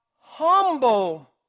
humble